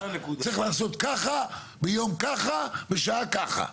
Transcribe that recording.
צריך לעשות ככה וככה ובשעה כזאת,